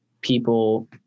people